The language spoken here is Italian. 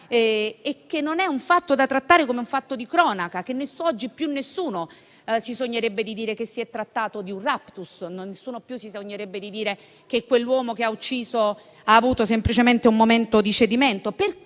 e non è un fatto da trattare come un fatto di cronaca, che oggi più nessuno si sognerebbe di dire che si è trattato di un *raptus*, nessuno più si sognerebbe di dire che quell'uomo che ha ucciso ha avuto semplicemente un momento di cedimento.